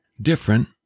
different